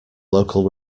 local